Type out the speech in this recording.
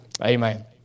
Amen